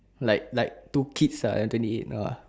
like like two kids ah twenty eight no uh